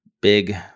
big